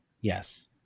yes